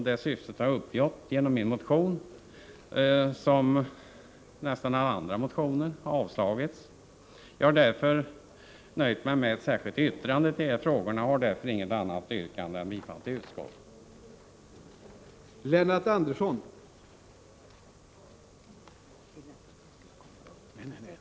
Det syftet har jag uppnått även om motionen — som nästan alla andra motioner — avstyrkts. Jag har därför nöjt mig med ett särskilt yttrande i de här frågorna och har därför inte något annat yrkande än om bifall till utskottets hemställan.